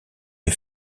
est